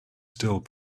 still